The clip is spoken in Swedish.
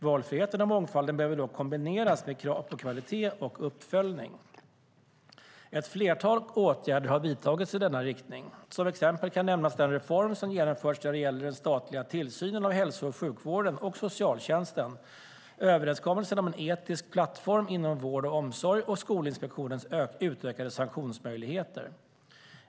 Valfriheten och mångfalden behöver dock kombineras med krav på kvalitet och uppföljning. Ett flertal åtgärder har vidtagits i denna riktning. Som exempel kan nämnas den reform som genomförts när det gäller den statliga tillsynen av hälso och sjukvården och socialtjänsten, överenskommelsen om en etisk plattform inom vård och omsorg och Skolinspektionens utökade sanktionsmöjligheter.